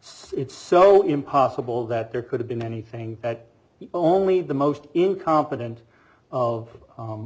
so it's so impossible that there could have been anything at only the most incompetent of